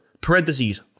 parentheses